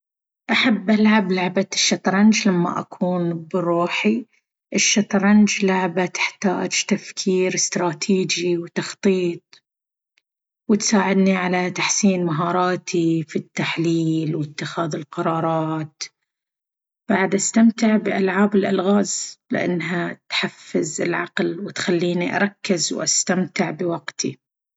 أحب ألعب لعبة الشطرنج لما أكون بروحي. الشطرنج لعبة تحتاج تفكير استراتيجي وتخطيط، وتساعدني على تحسين مهاراتي في التحليل واتخاذ القرارات. بعد، أستمتع بألعاب الألغاز لأنها تحفز العقل وتخليني أركز وأستمتع بوقتي.